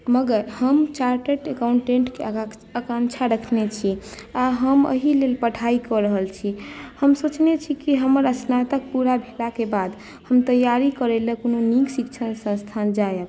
मगर हम चार्टर अकाउन्टेन्टकेँ आगाँ आकांक्षा रखने छी आ हम एहि लेल पढ़ाइ कऽ रहल छी हम सोचने छी कि हमर स्नातक पूरा भेलाके बाद हम तैआरी करय लेल कोनो शिक्षण संस्थान जायब